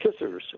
kissers